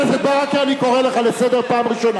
יש הצעה ששר התמ"ת מציע.